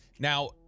Now